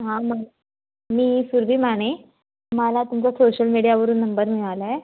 हां मग मी सुरभी माने मला तुमचा सोशल मीडियावरून नंबर मिळाला आहे